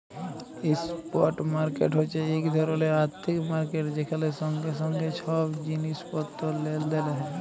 spot market হছে ইক ধরলের আথ্থিক মার্কেট যেখালে সঙ্গে সঙ্গে ছব জিলিস পত্তর লেলদেল হ্যয়